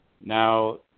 Now